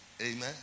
Amen